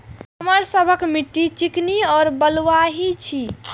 हमर सबक मिट्टी चिकनी और बलुयाही छी?